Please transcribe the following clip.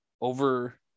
over